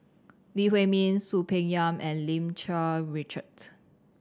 Lee Huei Min Soon Peng Yam and Lim Cherng Richard